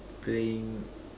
playing